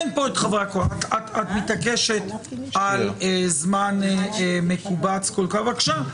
את מתעקשת על זמן מקובץ בבקשה,